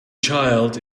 child